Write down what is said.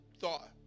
thought